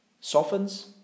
softens